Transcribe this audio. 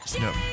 No